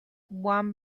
one